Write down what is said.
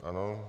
Ano.